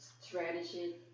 strategy